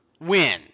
win